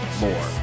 more